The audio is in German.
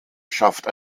schafft